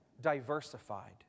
diversified